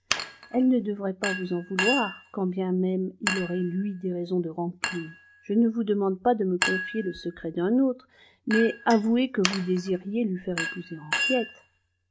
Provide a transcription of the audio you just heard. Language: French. elle ne devrait pas vous en vouloir quand bien même il aurait lui des raisons de rancune je ne vous demande pas de me confier le secret d'un autre mais avouez que vous désiriez lui faire épouser henriette